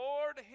Lord